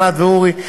ענת ואורי,